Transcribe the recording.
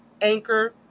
Anchor